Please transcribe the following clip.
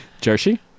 Jersey